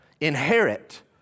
inherit